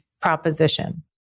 proposition